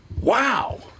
Wow